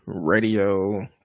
Radio